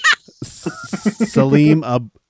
Salim